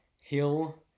Hill